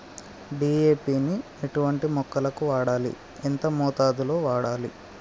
DAP ని ఎటువంటి మొక్కలకు వాడాలి? ఎంత మోతాదులో వాడాలి?